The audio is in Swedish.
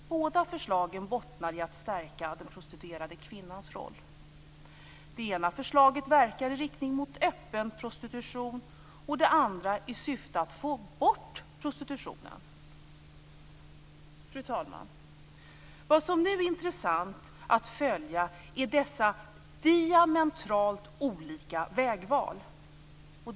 Båda förslagen bottnar i en önskan att stärka den prostituerade kvinnans roll. Det ena förslaget verkar i riktning mot öppen prostitution, och det andra syftar till att få bort prostitutionen. Fru talman! Vad som nu är intressant att följa är dessa diametralt olika vägval.